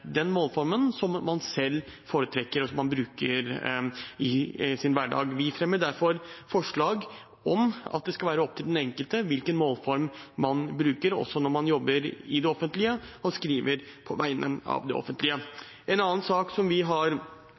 den målformen som man selv foretrekker, og som man bruker i sin hverdag. Vi fremmer derfor forslag om at det skal være opp til den enkelte hvilken målform man bruker også når man jobber i det offentlige og skriver på vegne av det offentlige. En annen sak som vi har